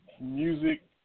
music